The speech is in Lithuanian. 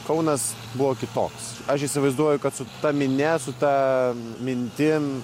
kaunas buvo kitoks aš įsivaizduoju kad su ta minia su ta mintim